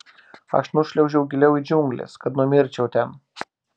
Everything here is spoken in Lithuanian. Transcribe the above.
aš nušliaužiau giliau į džiungles kad numirčiau ten